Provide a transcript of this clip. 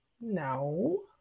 No